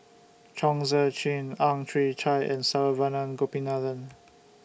Chong Tze Chien Ang Chwee Chai and Saravanan Gopinathan